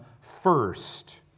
first